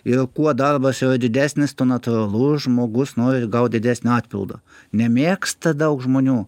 ir kuo darbas yra didesnis tuo natūralu žmogus nori gaut didesnio atpildo nemėgsta daug žmonių